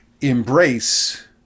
embrace